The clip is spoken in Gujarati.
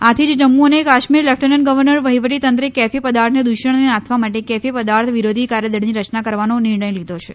આથી જ જમ્મુ અને કાશ્મીર લેફ્ટનન્ટ ગર્વનર વહિવટી તંત્રે કેફી પદાર્થના દુષણને નાથવા માટે કેફી પદાર્થ વિરોધી કાર્યદળની રચના કરવાનો નિર્ણય લીધો છે